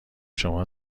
شما